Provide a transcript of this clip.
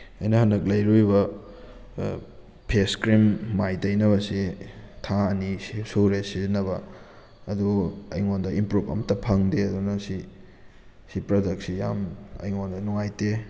ꯑꯩꯅ ꯍꯟꯗꯛ ꯂꯩꯔꯨꯔꯤꯕ ꯐꯦꯁ ꯀ꯭ꯔꯤꯝ ꯃꯥꯏ ꯇꯩꯅꯕꯁꯤ ꯊꯥ ꯑꯅꯤ ꯁꯨꯔꯦ ꯁꯤꯖꯤꯟꯅꯕ ꯑꯗꯨꯕꯨ ꯑꯩꯉꯣꯟꯗ ꯏꯝꯄ꯭ꯔꯨꯞ ꯑꯃꯠꯇ ꯐꯪꯗꯦ ꯑꯗꯨꯅ ꯁꯤ ꯁꯤ ꯄ꯭ꯔꯗꯛꯁꯤ ꯌꯥꯝ ꯑꯩꯉꯣꯟꯗ ꯅꯨꯡꯉꯥꯏꯇꯦ